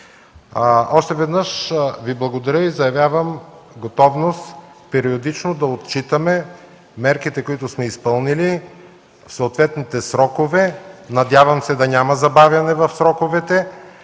Още веднъж Ви благодаря и заявявам готовност периодично да отчитаме мерките, които сме изпълнили, съответните срокове. Надявам се да няма забавяне в сроковете,